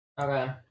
Okay